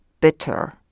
bitter